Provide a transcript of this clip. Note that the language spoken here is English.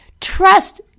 trust